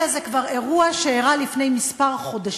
אלא כבר לפני כמה חודשים,